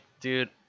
dude